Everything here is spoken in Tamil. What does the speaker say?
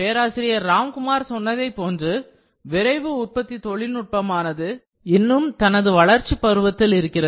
பேராசிரியர் ராம்குமார் சொன்னதைப் போன்று விரைவு உற்பத்தி தொழில்நுட்பமானது இன்னமும் தனது வளர்ச்சிப் பருவத்தில் இருக்கிறது